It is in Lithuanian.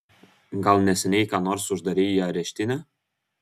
gal neseniai ką nors uždarei į areštinę